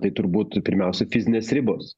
tai turbūt pirmiausia fizinės ribos